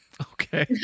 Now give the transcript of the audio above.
Okay